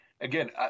again